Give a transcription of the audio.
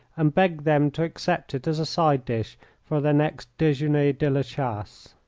and begged them to accept it as a side-dish for their next dejeuner de la chasse.